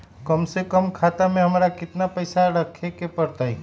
कम से कम खाता में हमरा कितना पैसा रखे के परतई?